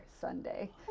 Sunday